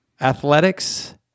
Athletics